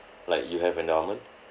like you have endowment